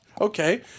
okay